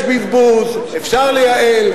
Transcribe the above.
יש בזבוז, אפשר לייעל.